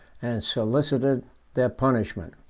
and solicited their punishment.